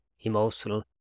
emotional